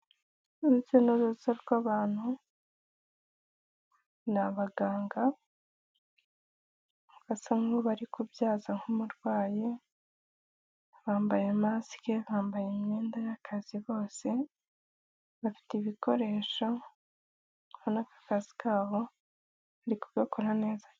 Urujya n'uruza rw'abantu, ni abaganga basa nk'aho bari kubyaza nk'umurwayi, bambaye masike, bambaye imyenda y'akazi bose, bafite ibikoresho, urabona ko akazi kabo bari kugakora neza.